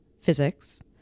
physics